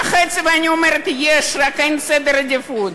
ואני אומרת: יש, רק אין סדר עדיפויות.